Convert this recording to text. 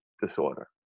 disorder